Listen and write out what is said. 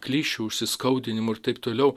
klišių užsiskaudinimų ir taip toliau